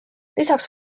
lisaks